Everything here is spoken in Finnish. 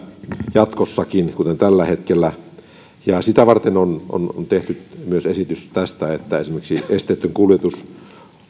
jatkossakin kuten tällä hetkellä sitä varten on tehty myös esitys tästä että esimerkiksi esteetön kuljetus